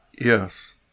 Yes